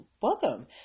welcome